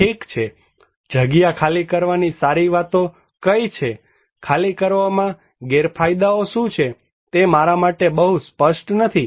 ઠીક છે જગ્યા ખાલી કરવાની સારી વાતો કઈ છેખાલી કરવામાં ગેરફાયદાઓ શું છે તે મારા માટે બહુ સ્પષ્ટ નથી